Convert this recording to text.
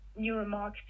neuromarketing